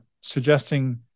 suggesting